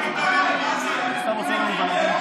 סתם עושה לנו בלגן.